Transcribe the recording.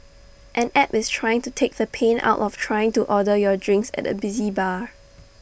an app is trying to take the pain out of trying to order your drinks at A busy bar